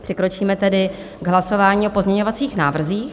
Přikročíme tedy k hlasování o pozměňovacích návrzích.